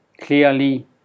clearly